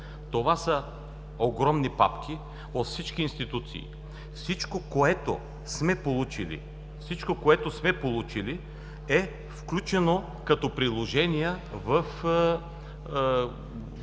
Това са огромни папки от всички институции. Всичко, което сме получили, е включено като приложения към доклада.